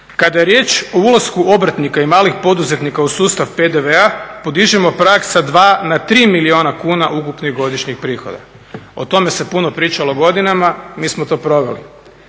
Kada je riječ o ulasku obrtnika i malih poduzetnika u sustav PDV-a, podižemo prag sa 2 na 3 milijuna kuna ukupnih godišnjih prihoda. O tome se puno pričalo godinama, mi smo to proveli.